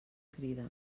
crida